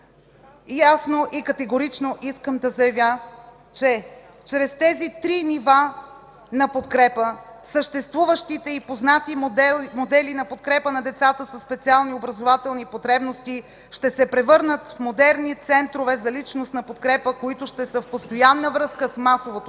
ясно и категорично искам да заявя, че чрез тези три нива на подкрепа съществуващите и познати модели на подкрепа на децата със специални образователни потребности ще се превърнат в модерни центрове за личностна подкрепа, които ще са в постоянна връзка с масовото